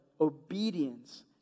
obedience